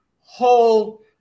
whole